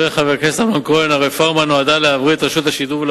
פורסם כי משרד האוצר הקפיא את הרפורמה ברשות השידור,